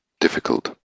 difficult